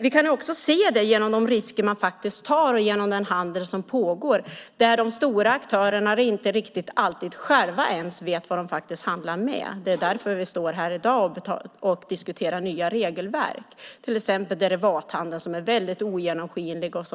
Vi kan också se det genom de risker man tar och genom den handel som pågår, där de stora aktörerna inte riktigt alltid själva vet vad de handlar med. Det är därför vi står här i dag och diskuterar nya regelverk, till exempel för derivathandeln, som är väldigt ogenomskinlig och